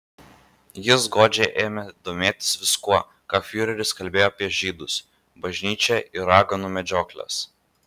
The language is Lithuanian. jis godžiai ėmė domėtis viskuo ką fiureris kalbėjo apie žydus bažnyčią ir raganų medžiokles